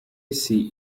see